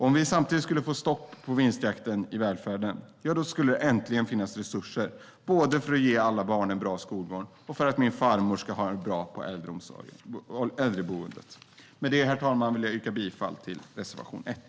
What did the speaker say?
Om vi samtidigt skulle få stopp på vinstjakten i välfärden, ja, då skulle det äntligen finnas resurser både för att ge alla barn en bra skolgång och för att min farmor ska ha det bra på äldreboendet. Med det, herr talman, yrkar jag bifall till reservation 1.